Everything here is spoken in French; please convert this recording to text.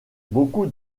beaucoup